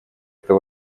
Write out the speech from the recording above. это